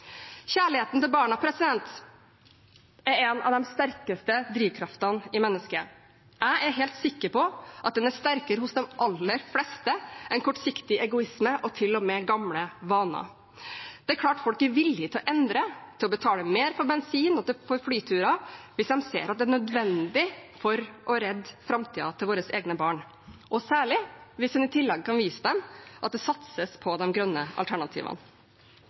Kjærligheten til barna er en av de sterkeste drivkreftene i mennesket. Jeg er helt sikker på at den er sterkere hos de aller fleste enn kortsiktig egoisme og til og med gamle vaner. Det er klart folk er villige til å endre, til å betale mer for bensin og for flyturer, hvis de ser at det er nødvendig for å redde framtiden til egne barn, og særlig hvis en i tillegg kan vise dem at det satses på de grønne alternativene.